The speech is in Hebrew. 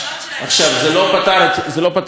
זה לא פתר את כל הבעיות,